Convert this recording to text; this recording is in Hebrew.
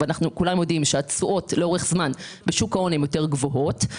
כולנו יודעים שהתשואות לאורך זמן בשוק ההון גבוהות יותר,